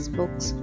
books